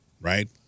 right